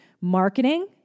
marketing